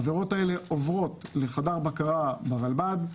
העבירות האלה עוברות לחדר בקרה ברלב"ד.